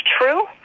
true